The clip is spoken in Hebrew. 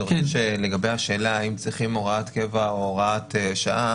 אני חושב לגבי השאלה האם צריכים הוראת קבע או הוראת שעה,